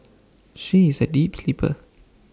she is A deep sleeper